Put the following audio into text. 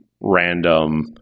random